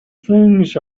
things